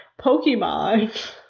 Pokemon